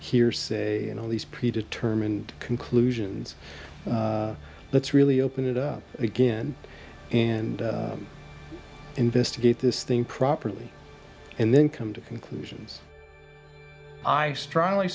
hearsay and all these pre determined conclusions let's really open it up again and investigate this thing properly and then come to conclusions i strongly